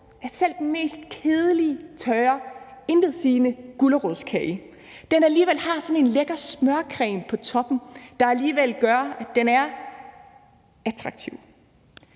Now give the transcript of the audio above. at selv den mest kedelige, tørre og intetsigende gulerodskage har sådan en lækker smørcreme på toppen, der alligevel gør, at den er attraktiv.